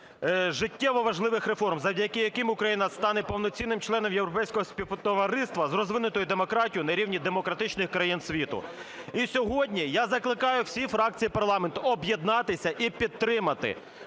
життєво важливих реформ, завдяки яким Україна стане повноцінним членом європейського співтовариства з розвиненою демократією на рівні демократичних країн світу. І сьогодні я закликаю всі фракції парламенту об'єднатися і підтримати